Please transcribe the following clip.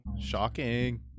shocking